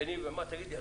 תקשיב.